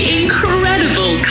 incredible